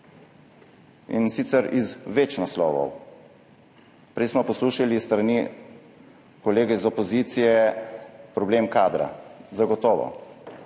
in sicer iz več naslovov. Prej smo poslušali s strani kolega iz opozicije, da je problem kader. Zagotovo,